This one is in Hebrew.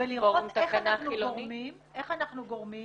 ולראות איך אנחנו גורמים